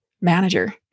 manager